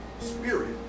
spirit